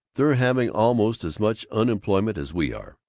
they're having almost as much unemployment as we are.